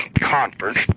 conference